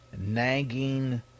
nagging